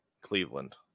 Cleveland